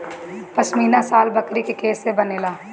पश्मीना शाल बकरी के केश से बनेला